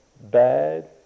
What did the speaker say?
bad